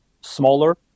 smaller